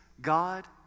God